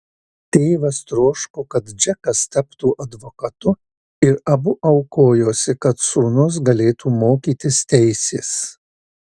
tėvas troško kad džekas taptų advokatu ir abu aukojosi kad sūnus galėtų mokytis teisės